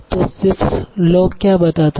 तो Zipf law क्या बताता है